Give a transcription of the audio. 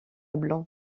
blanc